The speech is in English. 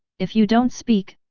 if you don't speak,